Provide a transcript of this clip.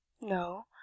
No